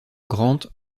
grant